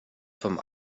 vom